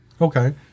Okay